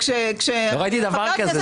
לא ראיתי דבר כזה.